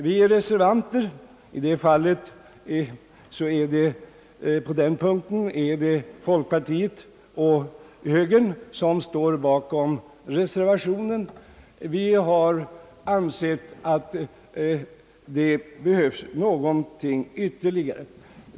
Vi reservanter — på den punkten är det folkpartiet och högern som står bakom reservationen — har ansett att det be hövs någonting ytterligare.